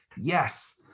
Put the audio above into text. Yes